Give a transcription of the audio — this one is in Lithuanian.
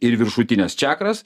ir viršutines čakras